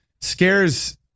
scares